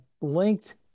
linked